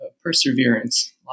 perseverance